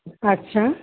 আচ্ছা